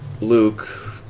Luke